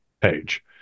page